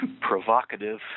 provocative